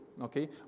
okay